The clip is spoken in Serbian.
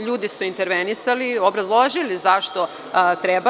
Ljudi su intervenisali, obrazložili zašto treba.